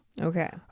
Okay